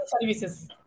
services